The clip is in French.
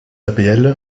apl